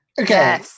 Okay